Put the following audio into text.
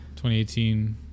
2018